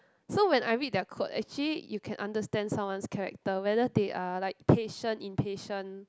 so when I read their code actually you can understand someone's character whether they are like patient impatient